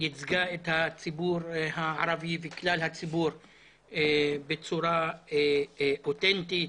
וייצגה את הציבור הערבי וכלל הציבור בצורה אוטנטית,